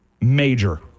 Major